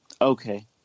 Okay